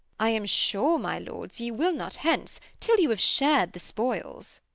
i am sure, my lords, ye will not hence, till you have shared the spoils.